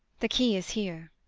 the key is here.